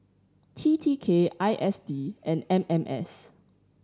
T T K I S D and M M S